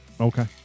Okay